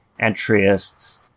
entryists